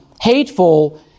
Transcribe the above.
hateful